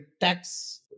tax